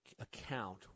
account